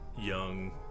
young